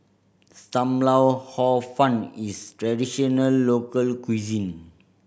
Sam Lau Hor Fun is traditional local cuisine